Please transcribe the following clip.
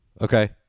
okay